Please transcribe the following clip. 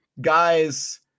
guys